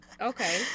okay